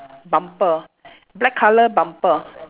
bumper black colour bumper